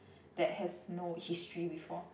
that has no history before